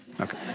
okay